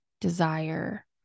desire